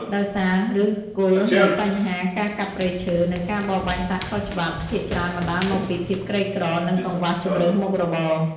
ដោយសារ ឬសគល់នៃបញ្ហាការកាប់ព្រៃឈើ និងការបរបាញ់សត្វខុសច្បាប់ ភាគច្រើនបណ្តាលមកពីភាពក្រីក្រ និងកង្វះជម្រើសមុខរបរ។